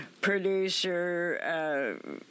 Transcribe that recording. producer